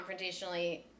confrontationally